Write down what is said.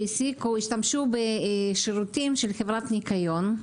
שהשתמשו בשירותי חברת ניקיון.